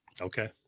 Okay